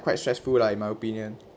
quite stressful lah in my opinion